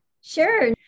Sure